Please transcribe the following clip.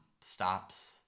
stops